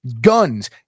guns